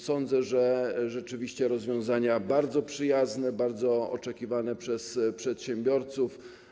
Sądzę, że rzeczywiście są to rozwiązania bardzo przyjazne, bardzo oczekiwane przez przedsiębiorców.